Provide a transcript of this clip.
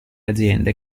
aziende